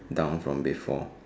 down from before